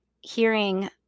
hearing